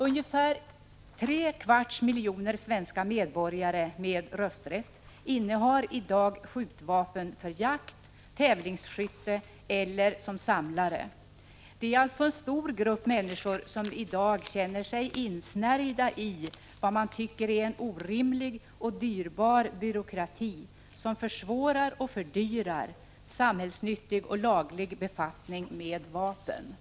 Ungefär tre kvarts miljon svenska medborgare — med rösträtt — innehar i dag skjutvapen för jakt, tävlingsskytte eller som samlare. Det är alltså en stor grupp människor som i dag känner sig insnärjd i vad man tycker är en orimlig och dyrbar byråkrati, som försvårar och fördyrar samhällsnyttig och laglig befattning med vapen. Prot.